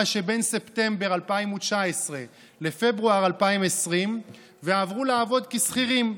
שבין ספטמבר 2019 לפברואר 2020 ועברו לעבוד כשכירים.